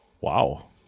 Wow